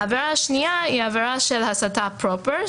העבירה השנייה היא עבירה של הסתה פרופר,